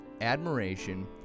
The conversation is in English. admiration